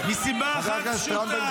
זו ממשלה,